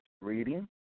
reading